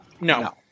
No